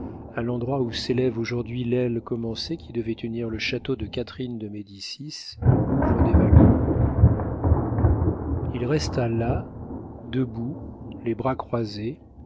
à l'endroit où s'élève aujourd'hui l'aile commencée qui devait unir le château de catherine de médicis au louvre des valois il resta là debout les bras croisés